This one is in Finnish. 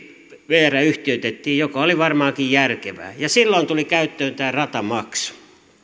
vr yhtiöitettiin mikä oli varmaankin järkevää silloin tuli käyttöön tämä ratamaksu